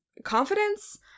Confidence